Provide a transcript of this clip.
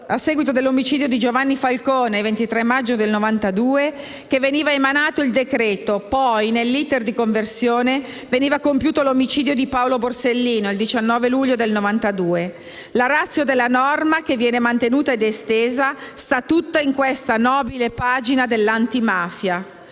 a seguito dell'omicidio di Giovanni Falcone (23 maggio 1992) che veniva emanato il decreto. Poi, nell'*iter* di conversione, veniva compiuto l'omicidio di Paolo Borsellino (19 luglio 1992). La *ratio* della norma, che viene mantenuta ed estesa, sta tutta in questa nobile pagina dell'antimafia.